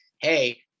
Hey